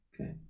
Okay